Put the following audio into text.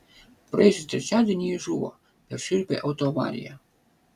praėjusį trečiadienį ji žuvo per šiurpią autoavariją